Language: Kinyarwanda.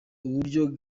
uburyo